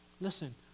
Listen